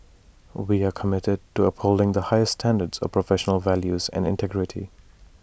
we are committed to upholding the highest standards of professional values and integrity